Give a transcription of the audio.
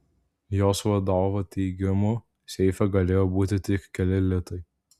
jos vadovo teigimu seife galėjo būti tik keli litai